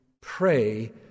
pray